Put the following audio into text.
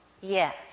Yes